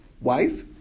wife